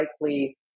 likely